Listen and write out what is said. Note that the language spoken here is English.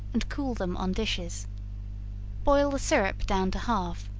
and cool them on dishes boil the syrup down to half,